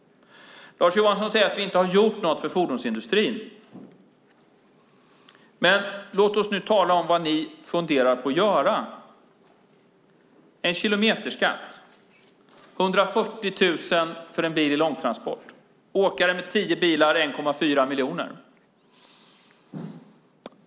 Lars Johansson säger att vi inte har gjort något för fordonsindustrin. Men låt oss nu tala om vad ni funderar på att göra - en kilometerskatt, 140 000 för en bil i långtransport. För en åkare med tio bilar blir det 1,4 miljoner.